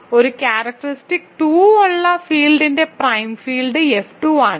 ഒരു ക്യാരക്റ്ററിസ്റ്റിക് 2 ഉള്ള ഫീൽഡിന്റെ പ്രൈം ഫീൽഡ് F 2 ആണ്